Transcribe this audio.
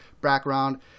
background